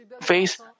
face